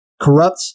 corrupt